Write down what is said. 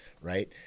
right